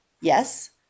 Yes